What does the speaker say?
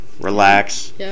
relax